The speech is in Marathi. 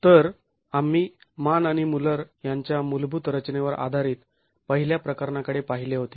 तर आम्ही मान आणि मुल्लर यांच्या मूलभूत रचनेवर आधारित पहिल्या प्रकरणाकडे पाहिले होते